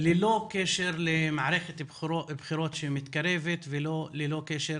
ללא קשר למערכת בחירות שמתקרבת וללא קשר